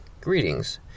Greetings